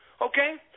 Okay